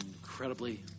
incredibly